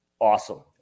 awesome